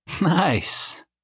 Nice